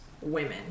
women